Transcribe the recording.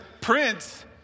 prince